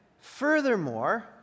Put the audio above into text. furthermore